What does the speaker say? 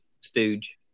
stooge